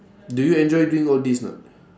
do you enjoy doing all these not